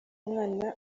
mwana